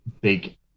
big